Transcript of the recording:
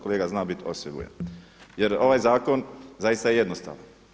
Kolega zna biti osebujan jer ovaj zakon je zaista jednostavan.